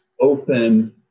open